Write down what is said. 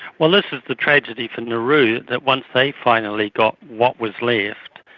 well, this is the tragedy for nauru, that once they finally got what was left,